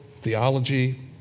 theology